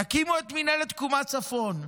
תקימו את מינהלת תקומה צפון,